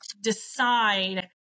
decide